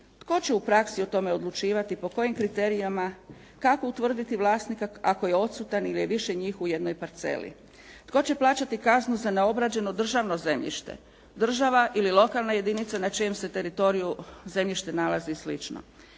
Tko će u praksi o tome odlučivati, po kojim kriterijima, kako utvrditi vlasnika ako je odsutan ili je više njih u jednoj parceli, tko će plaćati kaznu za neobrađeno državno zemljište? Država ili lokalna jedinica na čijem se teritoriju zemljište nalazi i